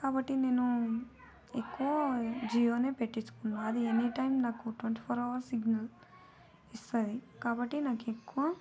కాబట్టి నేను ఎక్కువ జియోనే పెట్టిచ్చుకున్నా అది ఎనీ టైం నాకు ట్వంటీ ఫోర్ హవర్స్ సిగ్నల్ ఇస్తుంది కాబట్టి నాకు ఎక్కువ